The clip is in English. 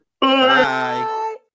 Bye